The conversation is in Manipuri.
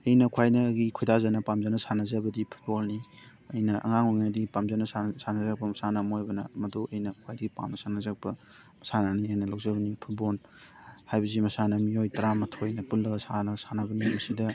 ꯑꯩꯅ ꯈ꯭ꯋꯥꯏꯗꯒꯤ ꯈꯣꯏꯗꯥꯖꯅ ꯄꯥꯝꯖꯅ ꯁꯥꯟꯅꯖꯕꯗꯤ ꯐꯨꯠꯕꯣꯜꯅꯤ ꯑꯩꯅ ꯑꯉꯥꯡ ꯑꯣꯏꯔꯤꯉꯩꯗꯒꯤ ꯄꯥꯝꯖꯅ ꯁꯥꯟꯅꯖꯔꯛꯄ ꯃꯁꯥꯟꯅ ꯑꯃ ꯑꯣꯏꯕꯅ ꯃꯗꯨ ꯑꯩꯅ ꯈ꯭ꯋꯥꯏꯗꯒꯤ ꯄꯥꯝꯅ ꯁꯥꯟꯅꯖꯔꯛꯄ ꯃꯁꯥꯟꯅꯅꯤ ꯍꯥꯏꯅ ꯂꯧꯖꯕꯅꯤ ꯐꯨꯠꯕꯣꯜ ꯍꯥꯏꯕꯁꯤ ꯃꯁꯥꯟꯅ ꯃꯤꯑꯣꯏ ꯇꯔꯥ ꯃꯊꯣꯏꯅ ꯄꯨꯜꯂꯒ ꯁꯥꯟꯅꯕꯅꯤ ꯃꯁꯤꯗ